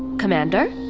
commander?